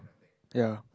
ya